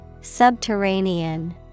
Subterranean